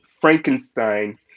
Frankenstein